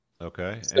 Okay